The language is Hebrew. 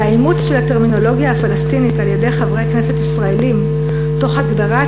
והאימוץ של הטרמינולוגיה הפלסטינית על-ידי חברי כנסת ישראלים תוך הגדרת